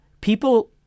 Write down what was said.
people